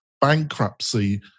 bankruptcy